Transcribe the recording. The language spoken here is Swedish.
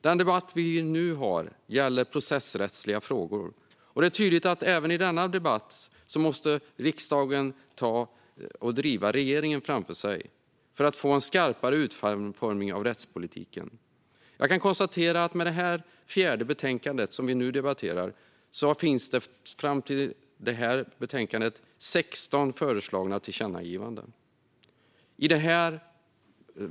Den debatt vi nu för gäller processrättsliga frågor, och det är tydligt även i denna debatt att riksdagen måste driva regeringen framför sig för att få en skarpare utformning av rättspolitiken. Jag kan konstatera att det fram till detta fjärde betänkande som vi nu debatterar finns 16 föreslagna tillkännagivanden.